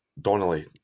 Donnelly